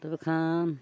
ᱛᱚᱵᱮ ᱠᱷᱟᱱ